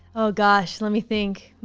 oh gosh, let me think.